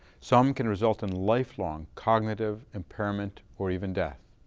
some can result in lifelong cognitive impairment or even death.